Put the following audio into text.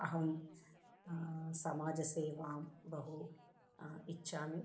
अहं समाजसेवां बहु इच्छामि